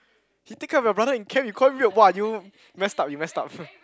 he take care of your brother in camp you call him weird !wah! you you messed up you messed up